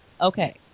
Okay